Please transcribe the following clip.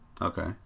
Okay